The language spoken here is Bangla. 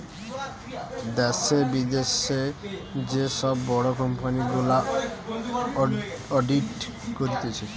দ্যাশে, বিদ্যাশে যে সব বড় কোম্পানি গুলা অডিট করতিছে